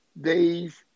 days